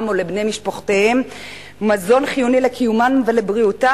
או לבני משפחותיהם מזון חיוני לקיומם ולבריאותם,